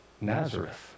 nazareth